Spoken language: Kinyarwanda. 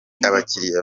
abakiriya